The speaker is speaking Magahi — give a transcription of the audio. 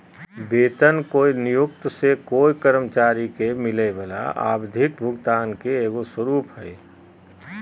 वेतन कोय नियोक्त से कोय कर्मचारी के मिलय वला आवधिक भुगतान के एगो स्वरूप हइ